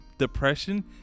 Depression